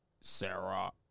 Sarah